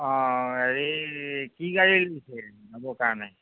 অঁ হেৰি কি গাড়ী যোৱাৰ কাৰণে